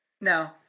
No